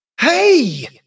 Hey